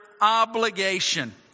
obligation